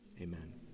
Amen